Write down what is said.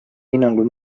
hinnangul